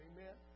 Amen